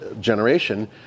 generation